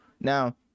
Now